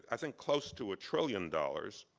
i think close to a trillion dollars.